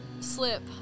slip